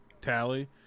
Tally